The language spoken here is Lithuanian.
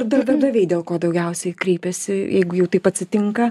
darbdaviai dėl ko daugiausiai kreipiasi jeigu jau taip atsitinka